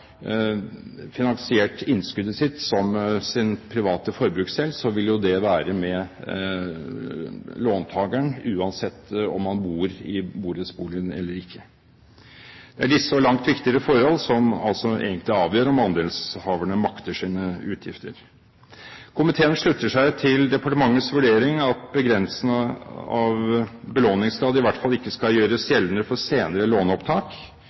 finansiert innskuddet sitt som sin private forbruksgjeld, vil det følge låntakeren uansett om han bor i borettsboligen eller ikke. Det er disse og langt viktigere forhold som egentlig avgjør om andelshaverne makter sine utgifter. Komiteen slutter seg til departementets vurdering av at begrensning av belåningsgrad i hvert fall ikke skal gjøres gjeldende for senere